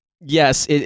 yes